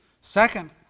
Second